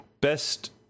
best